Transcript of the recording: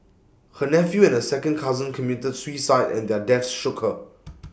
her nephew and A second cousin committed suicide and their deaths shook her